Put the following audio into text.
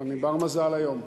אני בר-מזל היום.